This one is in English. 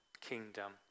kingdom